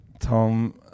Tom